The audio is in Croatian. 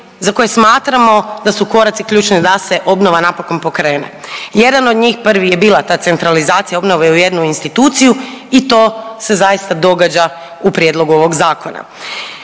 za koje smatramo da su koraci ključni da se obnova napokon pokrene. Jedan od njih, prvi je bila ta centralizacija obnove u jednu instituciju i to se zaista događa u prijedlogu ovog zakona.